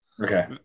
Okay